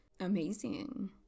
amazing